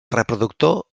reproductor